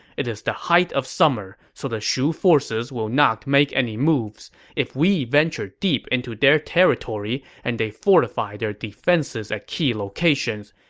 it is the height of summer, so the shu forces will not make any moves. if we venture deep into their territory and they fortify their defenses at key locations,